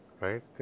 Right